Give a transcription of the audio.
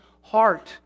heart